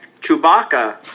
Chewbacca